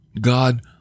God